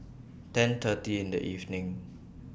ten thirty in The evening